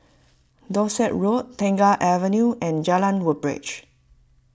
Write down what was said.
Dorset Road Tengah Avenue and Jalan Woodbridge